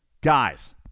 Guys